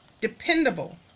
dependable